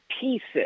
pieces